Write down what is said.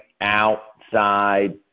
outside